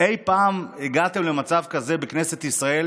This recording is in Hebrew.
אי פעם הגעתם למצב כזה בכנסת ישראל